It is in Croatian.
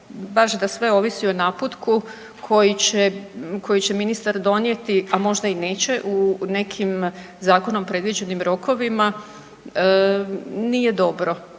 baš da sve ovisi o naputku koji će ministar donijeti, a možda i neće u nekim zakonom predviđenim rokovima, nije dobro